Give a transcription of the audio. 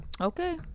Okay